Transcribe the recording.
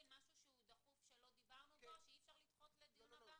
זה בצורה שתהיה באמת לשביעות רצון כולם.